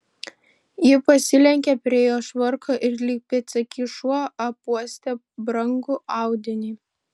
ji pasilenkė prie jo švarko ir lyg pėdsekys šuo apuostė brangų audinį